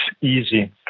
easy